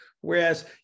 whereas